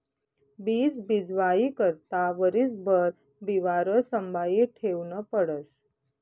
बीज बीजवाई करता वरीसभर बिवारं संभायी ठेवनं पडस